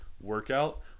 workout